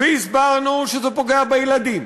והסברנו שזה פוגע בילדים,